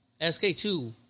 SK2